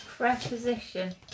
Preposition